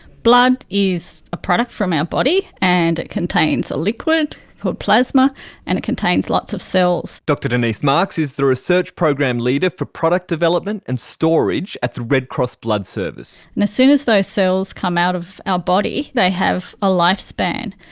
blood is a product from our body and it contains a liquid called plasma and it contains lots of cells. dr denese marks is the research program leader for product development and storage at the red cross blood service. and as soon as those cells come out of our body they have a lifespan.